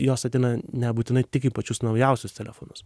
jos ateina nebūtinai tik į pačius naujausius telefonus